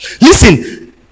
Listen